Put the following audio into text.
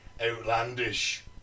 outlandish